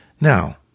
Now